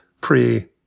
pre